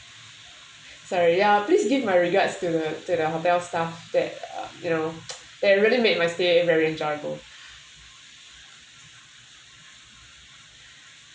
sorry ya please give my regards to to the hotel staff that you know they're really made my stayed very enjoyable